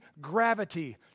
gravity